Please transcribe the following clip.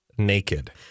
naked